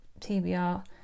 TBR